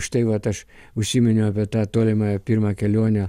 už tai vat aš užsiminiau apie tą tolimąją pirmą kelionę